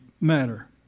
matter